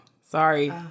sorry